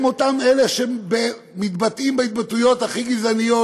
הם אותם אלה שמתבטאים בהתבטאויות הכי גזעניות?